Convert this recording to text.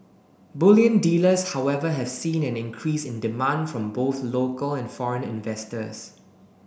bullion dealers however have seen an increase in demand from both local and foreign investors